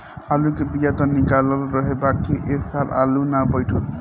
आलू के बिया त निकलल रहे बाकिर ए साल आलू ना बइठल